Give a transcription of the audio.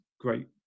great